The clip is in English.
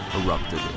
erupted